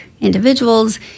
individuals